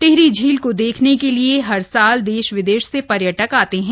टिहरी झील को देखने के लिए हर साल देश विदेश से पर्यटक आते हैं